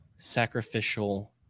sacrificial